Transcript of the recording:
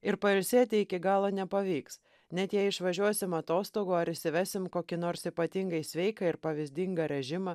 ir pailsėti iki galo nepavyks net jei išvažiuosim atostogų ar įsivesim kokį nors ypatingai sveiką ir pavyzdingą režimą